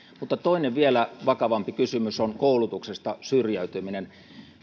mutta toinen vielä vakavampi kysymys on koulutuksesta syrjäytyminen